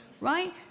right